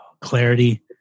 clarity